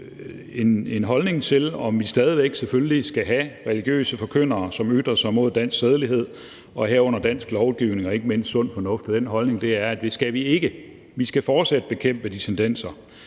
en holdning til, om vi skal have religiøse forkyndere, som ytrer sig imod dansk sædelighed, herunder dansk lovgivning og ikke mindst sund fornuft, og den holdning er: Det skal vi ikke, vi skal fortsat bekæmpe de tendenser.